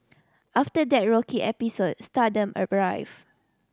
after that rocky episode stardom arrived